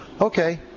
Okay